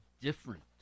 different